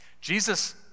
Jesus